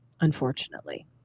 unfortunately